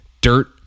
dirt